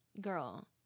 girl